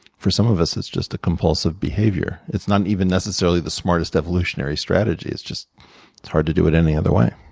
for some of us, it's just a compulsive behavior. it's not even necessarily the smartest evolutionary strategy. it's just hard to do it any other way.